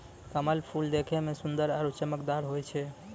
कमल फूल देखै मे सुन्दर आरु चमकदार होय छै